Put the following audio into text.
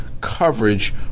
coverage